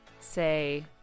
say